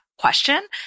Question